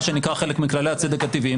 מה שנקרא חלק מכללי הצדק הטבעיים,